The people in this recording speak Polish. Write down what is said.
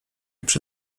przy